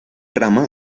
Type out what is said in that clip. trama